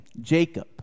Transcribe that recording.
Jacob